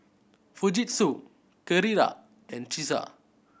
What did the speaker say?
Fujitsu Carrera and Cesar